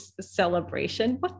celebration